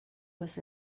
was